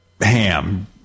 ham